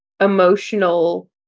emotional